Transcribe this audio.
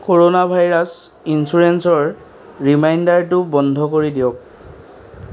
corona virus ইঞ্চুৰেঞ্চৰ ৰিমাইণ্ডাৰটো বন্ধ কৰি দিয়ক